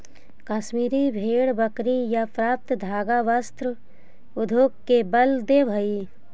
कश्मीरी भेड़ बकरी से प्राप्त धागा वस्त्र उद्योग के बल देवऽ हइ